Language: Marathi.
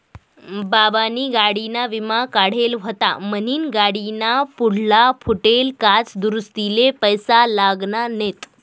बाबानी गाडीना विमा काढेल व्हता म्हनीन गाडीना पुढला फुटेल काच दुरुस्तीले पैसा लागना नैत